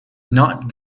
not